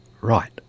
Right